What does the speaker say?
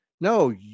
no